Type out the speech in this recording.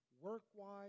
work-wise